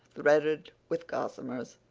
threaded with gossamers.